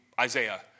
Isaiah